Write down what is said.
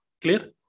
Clear